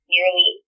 Nearly